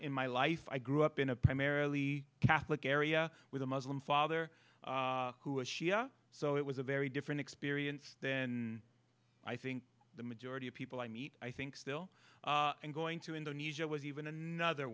in my life i grew up in a primarily catholic area with a muslim father who was shia so it was a very different experience then i think the majority of people i meet i think still going to indonesia was even another